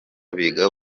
biga